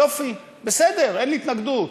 יופי, בסדר, אין לי התנגדות.